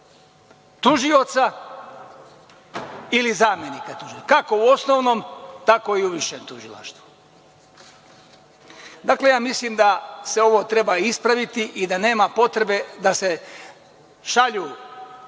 tužioca ili zamenika tužioca, kako u osnovnom, tako i u višem tužilaštvu. Dakle, mislim da se ovo treba ispraviti i da nema potrebe da se šalju